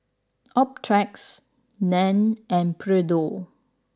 Optrex Nan and Pedro